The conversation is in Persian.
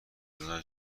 کنار